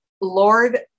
Lord